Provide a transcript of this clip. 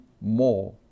more